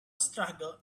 struggle